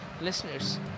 listeners